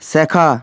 শেখা